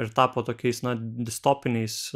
ir tapo tokiais na distopiniais